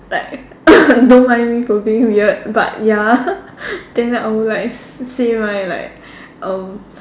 like don't mind me for being weird but ya then I would like s~ say my like um